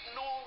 no